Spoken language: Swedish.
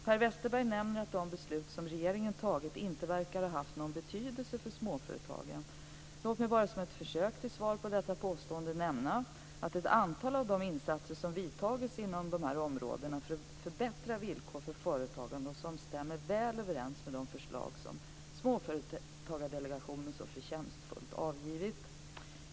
Per Westerberg nämner att de beslut som regeringen tagit inte verkar ha haft någon betydelse för småföretagen. Låt mig bara som ett försök till svar på detta påstående nämna ett antal av de insatser som vidtagits inom de här områdena för att förbättra villkoren för företagande och som stämmer väl överens med de förslag till åtgärder som Småföretagsdelegationen så förtjänstfullt lagt fram.